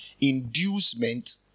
inducement